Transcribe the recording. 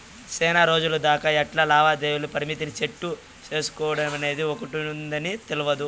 సేనారోజులు దాకా ఇట్లా లావాదేవీల పరిమితిని సెట్టు సేసుకోడమనేది ఒకటుందని తెల్వదు